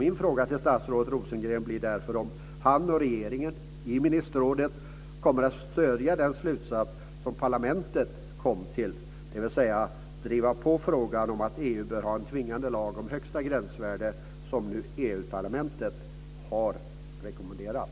Min fråga till statsrådet Rosengren blir därför om han och regeringen, i ministerrådet, kommer att stödja den slutsats som parlamentet kom fram till, dvs. driva på frågan om att EU bör ha en tvingande lag om högsta gränsvärde, såsom Europaparlamentet har rekommenderat.